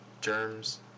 germs